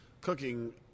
cooking